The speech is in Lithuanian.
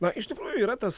na iš tikrųjų yra tas